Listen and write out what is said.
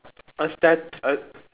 a stat~ a